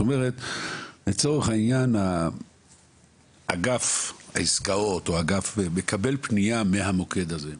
לצורך העניין, אגף מקבל פנייה מהמוקד הזה.